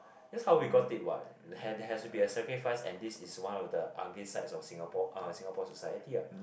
that's how we got it what has to be a sacrifice and this is one of the ugly sides of Singapore uh Singapore society ah